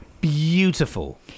Beautiful